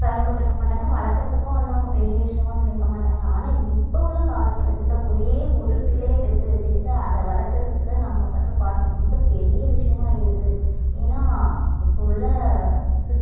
சிரமப்பட்ருக்க மாட்டாங்க வளர்க்குறதுக்கும் வந்து அவங்க பெரிய விஷயமாக சொல்லி இருக்க மாட்டாங்க ஆனால் இப்போ உள்ள காலகட்டத்தில் ஒரே ஒரு பிள்ளையை பெற்று வச்சுக்கிட்டு அதை வளர்க்குறதுக்கு நம்ம படுகிற பாடு ரொம்ப பெரிய விஷயமாக இருக்கு ஏன்னா இப்போ உள்ள